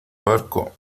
barco